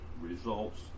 results